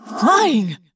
Flying